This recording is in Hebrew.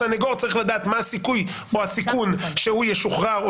הסניגור צריך לדעת מה הסיכוי או הסיכון שהוא ישוחרר או